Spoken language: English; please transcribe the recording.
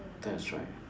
that's right